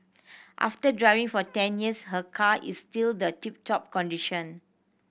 after driving for ten years her car is still the tip top condition